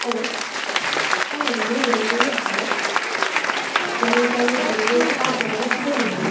hello অঁ মোৰ delivery আছিলে আপুনি বাৰু ডেলিভাৰীটো ক'বাত বেলেগত দিলে নি বাৰু